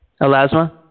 Elasma